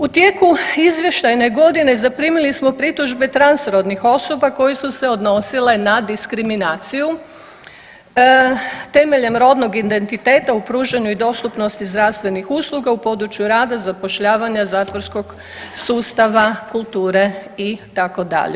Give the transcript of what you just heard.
U tijeku izvještajne godine zaprimili smo pritužbe transrodnih osoba koje su se odnosile na diskriminaciju temeljem rodnog identiteta u pružanju i dostupnosti zdravstvenih usluga u području rada, zapošljavanja, zatvorskog sustava, kulture itd.